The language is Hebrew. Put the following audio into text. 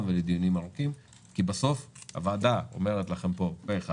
ולדיונים ארוכים כי בסוף הוועדה אומרת לכם פה אחד